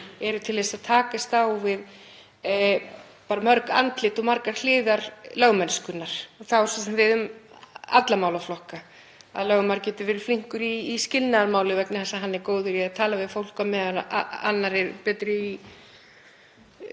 eru til að takast á við bara andlit og margar hliðar lögmennskunnar. Það á svo sem við um alla málaflokka. Lögmaður getur verið flinkur í skilnaðarmáli vegna þess að hann er góður í að tala við fólk á meðan annar er betri í